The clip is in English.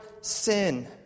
sin